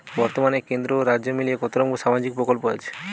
বতর্মানে কেন্দ্র ও রাজ্য মিলিয়ে কতরকম সামাজিক প্রকল্প আছে?